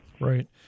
Right